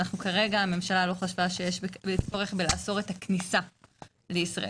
כרגע הממשלה לא חשבה שיש צורך לאסור את הכניסה לישראל.